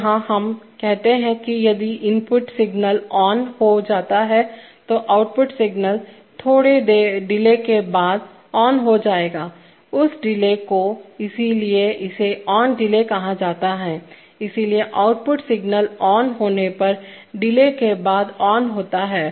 तो यहाँ हम कहते हैं कि यदि इनपुट सिग्नल ऑनहो जाता है तो आउटपुट सिग्नल थोड़ा डिले के बाद ऑन हो जाएगा उस डिले को इसीलिए इसे ON डिले कहा जाता है इसलिए आउटपुट सिग्नल ऑन होने पर डिले के बाद ऑन होता है